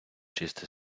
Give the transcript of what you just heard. чисте